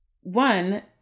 One